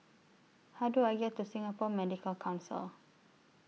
How Do I get to Singapore Medical Council